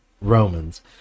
Romans